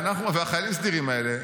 והחיילים הסדירים האלה,